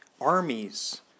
Armies